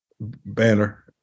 banner